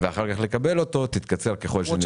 ואחר כך לקבל אותו, תתקצר ככל הניתן.